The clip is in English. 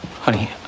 Honey